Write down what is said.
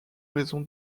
raison